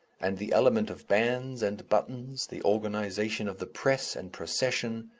and the element of bands and buttons, the organization of the press and procession,